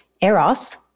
Eros